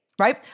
right